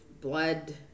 blood